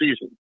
season